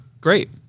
great